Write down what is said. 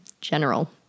general